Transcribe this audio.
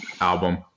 album